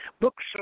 books